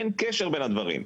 אין קשר בין הדברים.